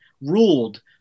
ruled